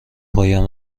پایم